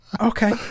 Okay